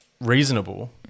reasonable